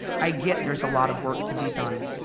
i get there's a lot of work to be done.